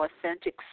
authentic